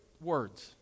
words